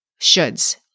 shoulds